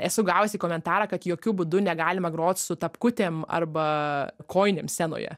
esu gavusi komentarą kad jokiu būdu negalima grot su tapkutėm arba kojinėm scenoje